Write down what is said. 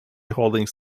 holdings